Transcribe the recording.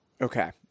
Okay